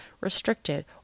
restricted